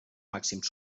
màxims